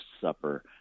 supper